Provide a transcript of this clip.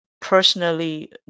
personally